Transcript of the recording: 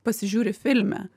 pasižiūri filme